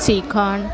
shrikhand